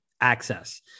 access